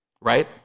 right